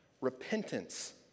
repentance